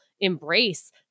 embrace